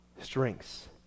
strengths